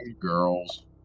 girls